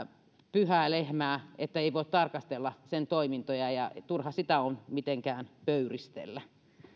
pyhää lehmää että ei voi tarkastella sen toimintoja ja turha sitä on mitenkään pöyristellä